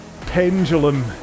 pendulum